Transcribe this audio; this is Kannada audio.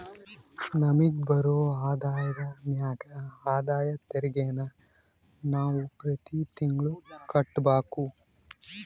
ನಮಿಗ್ ಬರೋ ಆದಾಯದ ಮ್ಯಾಗ ಆದಾಯ ತೆರಿಗೆನ ನಾವು ಪ್ರತಿ ತಿಂಗ್ಳು ಕಟ್ಬಕು